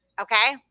Okay